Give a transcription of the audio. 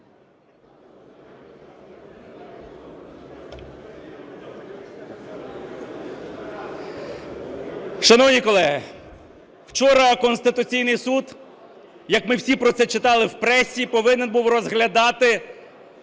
Шановні колеги, вчора Конституційний Суд, як ми всі про це читали в пресі, повинен був розглядати